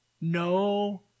no